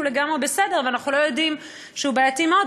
לגמרי בסדר ואנחנו לא יודעים שהוא בעייתי מאוד.